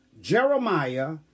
Jeremiah